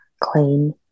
clean